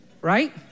right